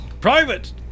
Private